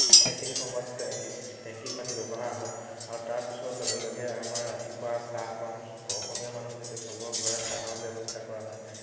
সেইখিনি সময়ত টেংকীৰ টেংকীৰ পানী ব্যৱহাৰ হয় আৰু তাৰ পিছত লগে লগে আমাৰ ৰাতিপুৱা চাহকণ অসমীয়া মানুহ যেতিয়া সবৰ কাৰণে চাহৰ ব্যৱস্থা কৰা হয়